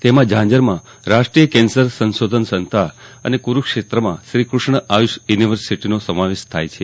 તેમાં ઝાજજરમાં રાષ્ટ્રીય કેન્સર સંશોધન સંસ્થા અને કુરૂક્ષેત્રમાં શ્રીકૃષ્ણ આયુષ યુનિવર્સિટીનો સમાવેશ થાય છે